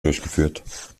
durchgeführt